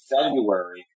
February